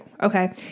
okay